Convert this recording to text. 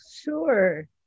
sure